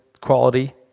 quality